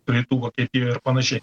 rytų vokietijoj ir panašiai